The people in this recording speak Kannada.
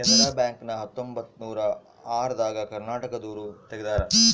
ಕೆನಾರ ಬ್ಯಾಂಕ್ ನ ಹತ್ತೊಂಬತ್ತನೂರ ಆರ ದಾಗ ಕರ್ನಾಟಕ ದೂರು ತೆಗ್ದಾರ